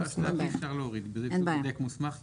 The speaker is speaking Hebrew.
אפשר להוריד "בודק מוסמך יודיע".